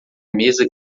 mesa